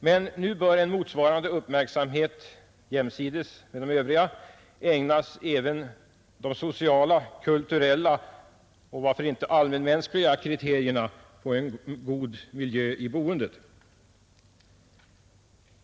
Men nu bör en motsvarande uppmärksamhet jämsides med de övriga ägnas även de sociala, kulturella och varför inte allmänmänskliga kriterierna på en god miljö i boendet.